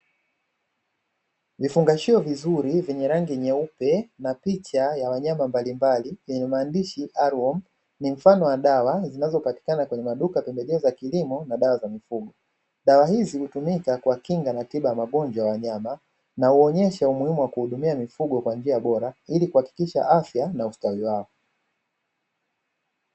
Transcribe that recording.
Vifungashio vizuri vyenye rangi nyeupe na picha ya wanyama mbalimbali vyenye maandishi "ARA WOMU" ni mfano wa dawa zinazo patikana kwenye maduka pembejeo za kilimo na dawa za mifugo. Dawa hizi hutumika kuwakinga na tiba ya magonjwa ya wanyama na huonyesha umuhimu wa kuhudumia mifugo kwa njia bora ili kuhakikisha afya na ustawi wao.